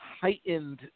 heightened